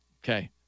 Okay